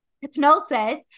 hypnosis